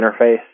interface